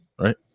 right